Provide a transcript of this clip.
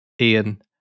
Ian